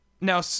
Now